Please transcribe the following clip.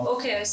Okay